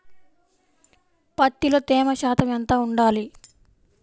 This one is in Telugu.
పత్తిలో తేమ శాతం ఎంత ఉండాలి?